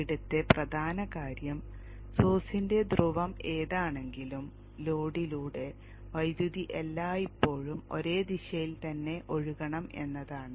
ഇവിടത്തെ പ്രധാന കാര്യം സോഴ്സിന്റെ ധ്രുവം ഏതാണെങ്കിലും ലോഡിലൂടെ വൈദ്യുതി എല്ലായ്പ്പോഴും ഒരേ ദിശയിൽ തന്നെ ഒഴുകണം എന്നതാണ്